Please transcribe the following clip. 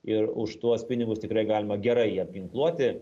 ir už tuos pinigus tikrai galima gerai jį apginkluoti